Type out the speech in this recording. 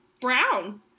brown